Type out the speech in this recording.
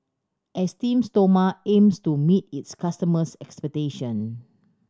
Esteem Stoma aims to meet its customers' expectation